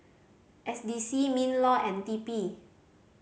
S D C MinLaw and T P